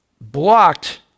Blocked